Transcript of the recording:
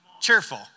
Cheerful